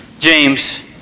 James